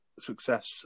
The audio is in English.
success